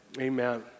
Amen